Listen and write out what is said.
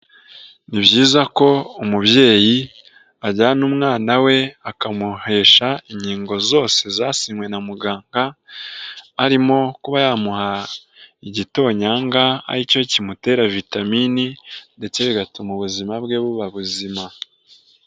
Ni byiza ko umubyeyi, ajyana umwana we, akamuhesha inkingo zose zasinywe na muganga, harimo kuba yamuha igitonyanga, aricyo kimutera vitamini, ndetse bigatuma ubuzima bwe buba buzima.